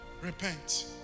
repent